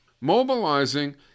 Mobilizing